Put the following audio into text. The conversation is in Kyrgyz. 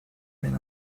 мен